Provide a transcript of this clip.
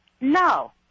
No